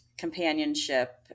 companionship